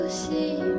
see